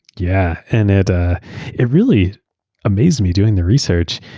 yeah. and it ah it really amazed me doing the research.